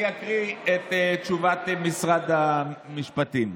אני אקריא את תשובת משרד המשפטים,